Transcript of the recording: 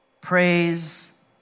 Praise